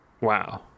Wow